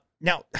Now